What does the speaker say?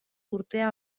urtea